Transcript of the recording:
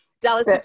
Dallas